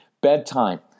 Bedtime